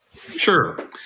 Sure